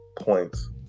points